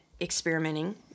experimenting